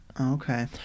okay